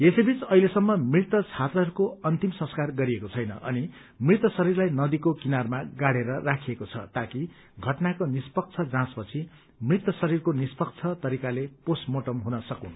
यसैबीच अहिलेसम्म मृत छात्रहरूको अन्तिम संस्कार गरिएको छैन अनि मृत शरीरलाई नदीको किनारामा गाडेर राखिएको छ ताकि घटनाको निष्पक्ष जाँच पछि मृत शरीरको निष्पक्ष तरिकाले पोस्ट मार्टम हुन सकून्